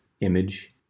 image